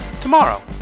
tomorrow